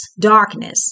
darkness